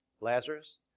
Lazarus